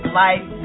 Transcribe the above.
life